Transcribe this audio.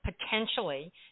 potentially